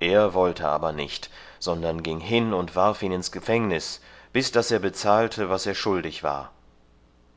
er wollte aber nicht sondern ging hin und warf ihn ins gefängnis bis daß er bezahlte was er schuldig war